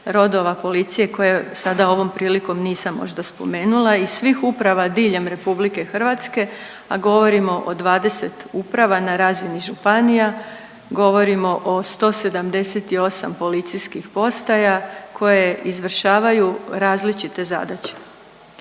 rodova policije koje sada ovom prilikom nisam možda spomenula iz svih uprava diljem RH, a govorimo o 20 uprava na razini županija, govorimo o 178 policijskih postaja koje izvršavaju različite zadaće.